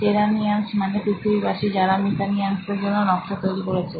Terranians মানে পৃথিবীবাসী যারা মিথেনিয়ান্সদের জন্য নকশা তৈরি করেছে